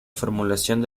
formulación